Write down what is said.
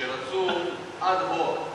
שרצו אד-הוק,